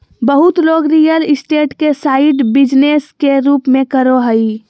बहुत लोग real estate के साइड बिजनेस के रूप में करो हइ